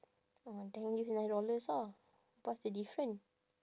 orh then use nine dollars ah what's the different